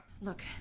Look